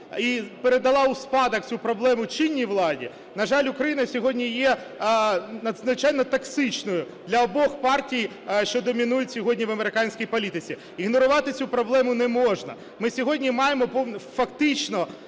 і передала у спадок цю проблему чинній владі, на жаль, Україна сьогодні є надзвичайно токсичною для обох партій, що домінують сьогодні в американській політиці. Ігнорувати цю проблему не можна. Ми сьогодні маємо, фактично,